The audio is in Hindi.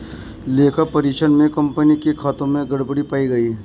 लेखा परीक्षण में कंपनी के खातों में गड़बड़ी पाई गई